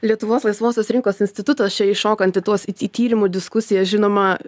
lietuvos laisvosios rinkos institutas čia iššokant į tuos į į tyrimų diskusiją žinoma